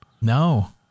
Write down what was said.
No